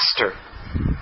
master